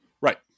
Right